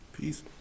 Peace